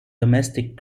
domestic